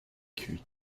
cuit